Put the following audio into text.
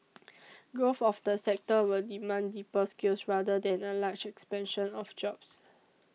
growth of the sector will demand deeper skills rather than a large expansion of jobs